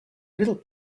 little